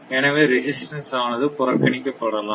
எனவே ரேசிஸ்டன்ட் ஆனது புறக்கணிக்க படலாம்